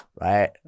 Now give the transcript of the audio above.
right